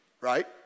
Right